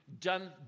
done